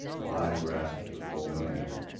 why we're asking for the full million here